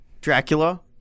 Dracula